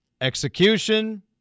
execution